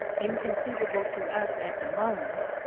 inconceiv able to us at the moment,